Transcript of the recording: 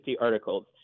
articles